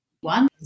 one